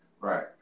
Right